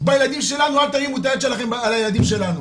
אל תרימו את היד שלכם על הילדים שלנו.